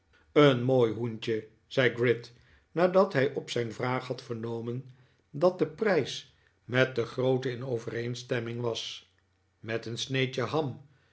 een mooi hoentje zei gride nadat hij op zijn vraag had vernomen dat de prijs met de grootte in overeenstemming was met een sneetje ham